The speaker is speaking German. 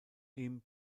ihm